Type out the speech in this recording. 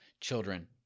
children